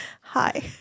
Hi